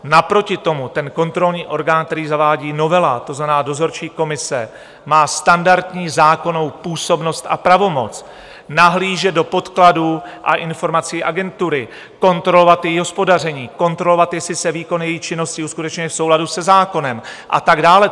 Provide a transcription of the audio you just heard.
Naproti tomu kontrolní orgán, který zavádí novela, to znamená dozorčí komise, má standardní zákonnou působnost a pravomoc nahlížet do podkladů a informací agentury, kontrolovat její hospodaření, kontrolovat, jestli se výkon její činnosti uskutečňuje v souladu se zákonem a tak dále.